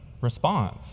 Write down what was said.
response